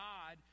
God